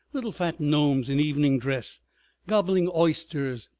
little fat gnomes in evening dress gobbling oysters.